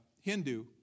Hindu